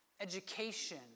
education